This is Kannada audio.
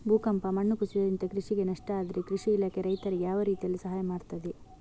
ಭೂಕಂಪ, ಮಣ್ಣು ಕುಸಿತದಿಂದ ಕೃಷಿಗೆ ನಷ್ಟ ಆದ್ರೆ ಕೃಷಿ ಇಲಾಖೆ ರೈತರಿಗೆ ಯಾವ ರೀತಿಯಲ್ಲಿ ಸಹಾಯ ಮಾಡ್ತದೆ?